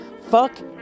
fuck